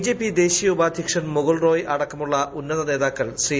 BJP ദേശീയ ഉപാധ്യക്ഷൻ മുകുൾ റോയ് അടക്കമുള്ള ഉന്നത നേതാക്കൾ ശ്രീ